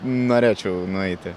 norėčiau nueiti